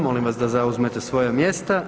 Molim vas da zauzmete svoja mjesta.